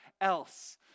else